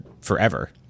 forever